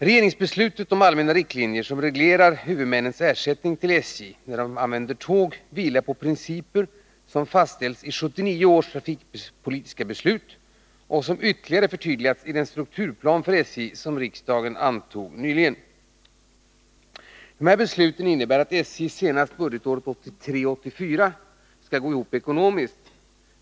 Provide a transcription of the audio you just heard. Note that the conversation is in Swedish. Regeringsbeslutet om allmänna riktlinjer som reglerar huvudmännens ersättning till SJ när de använder tåg vilar på principer som fastställts i 1979 års trafikpolitiska beslut och som ytterligare förtydligats i den strukturplan för SJ som riksdagen nyligen antagit. Besluten innebär att SJ senast budgetåret 1983/84 skall gå ihop ekonomiskt.